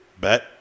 Bet